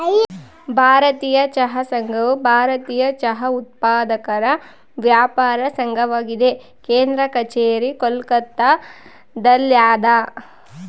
ಭಾರತೀಯ ಚಹಾ ಸಂಘವು ಭಾರತೀಯ ಚಹಾ ಉತ್ಪಾದಕರ ವ್ಯಾಪಾರ ಸಂಘವಾಗಿದೆ ಕೇಂದ್ರ ಕಛೇರಿ ಕೋಲ್ಕತ್ತಾದಲ್ಯಾದ